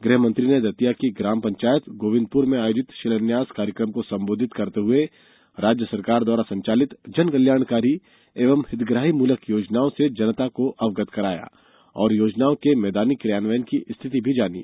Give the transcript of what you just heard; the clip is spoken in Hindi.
गृह मंत्री ने दतिया की ग्राम पंचायत गोविंदपुर में आयोजित शिलान्यास कार्यक्रम को संबोधित करते हुए राज्य सरकार द्वारा संचालित जनकल्याणकारी एवं हितग्राही मूलक योजनाओं से जनता को अवगत कराया और योजनाओं के मैदानी क्रियान्वयन की स्थिति भी जानी